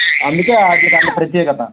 అందుకే వాటికి అంత ప్రత్యేకత